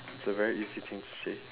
it's a very easy thing to say